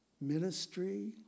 ministry